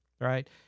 right